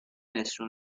nessun